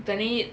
planning it